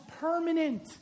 permanent